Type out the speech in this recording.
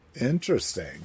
Interesting